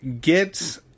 get